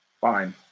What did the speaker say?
Fine